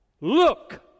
Look